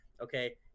Okay